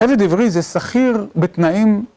עבד עברי זה שכיר בתנאים